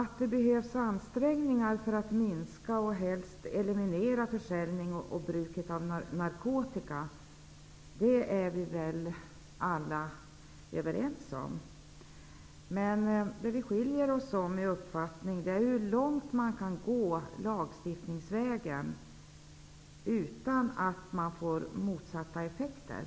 Att det behövs ansträngningar för att minska och helst eliminera försäljningen och bruket av narkotika är vi väl alla överens om, men vi skiljer oss åt i uppfattningen om hur långt man kan gå lagstiftningsvägen utan att man får motsatta effekter.